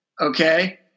Okay